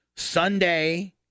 Sunday